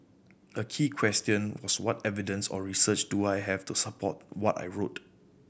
a key question was what evidence or research do I have to support what I wrote